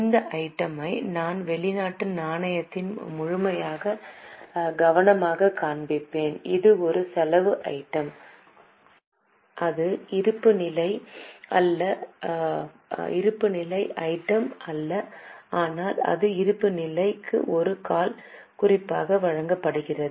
இந்த ஐட்டம் யை நான் வெளிநாட்டு நாணயத்தில் முழுமையாக கவனமாகக் காண்பிப்பேன் இது ஒரு செலவு ஐட்டம் இது இருப்புநிலை ஐட்டம் அல்ல ஆனால் இது இருப்புநிலைக்கு ஒரு கால் குறிப்பாக வழங்கப்படுகிறது